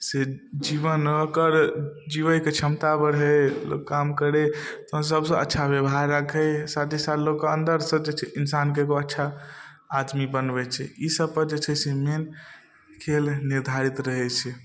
से जीवन ओकर जिबैके क्षमता बढ़ै ओ काम करै सभसँ अच्छा बेवहार राखै साथे साथ लोकके अन्दरसँ जे छै इन्सानके एगो अच्छा आदमी बनबै छै ईसबपर जे छै से मेन खेल निर्धारित रहै छै